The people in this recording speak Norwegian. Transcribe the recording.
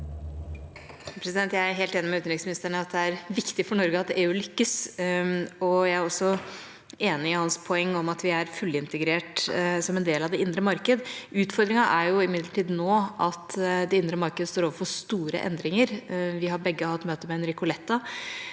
Jeg er helt enig med utenriksministeren i at det er viktig for Norge at EU lykkes, og jeg er også enig i hans poeng om at vi er fullintegrert som en del av det indre marked. Utfordringen er imidlertid nå at det indre marked står overfor store endringer. Vi har begge hatt møte med Enrico Letta,